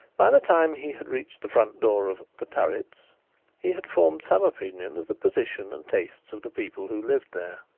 by the time he had reached the front door of the turrets he had formed some opinion of the position and tastes of the people who lived there.